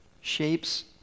shapes